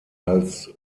als